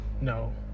No